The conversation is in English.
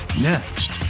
Next